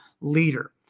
leader